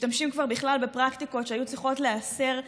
משתמשים כבר בכלל בפרקטיקות שהיו צריכות להיאסר מזמן,